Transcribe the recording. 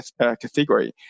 category